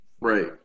Right